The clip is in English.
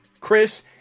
Chris